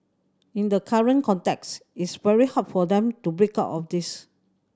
in the current context it's very hard for them to break out of this